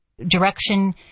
direction